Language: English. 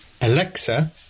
Alexa